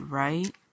right